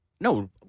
No